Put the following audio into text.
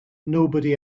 nobody